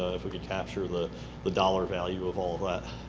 ah if we could capture the the dollar value of all that.